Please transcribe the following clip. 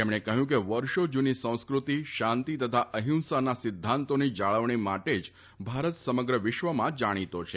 તેમણે કહ્યું કે વર્ષો જ્રની સંસ્કૃતિ શાંતિ તથા અફિંસાના સિદ્ધાંતોની જાળવણી માટે જ ભારત સમગ્ર વિશ્વમાં જાણીતો છે